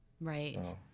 Right